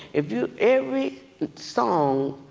if you every song,